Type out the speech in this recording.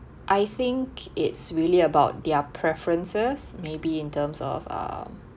I think it's really about their preferences maybe in terms of um